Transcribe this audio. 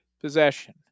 possession